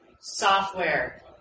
Software